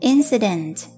Incident